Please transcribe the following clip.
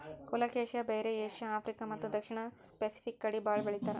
colocasia ಬೇರ್ Asia, Africa ಮತ್ತ್ ದಕ್ಷಿಣ್ ಸ್ಪೆಸಿಫಿಕ್ ಕಡಿ ಭಾಳ್ ಬೆಳಿತಾರ್